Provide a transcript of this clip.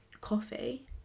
coffee